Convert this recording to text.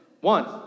One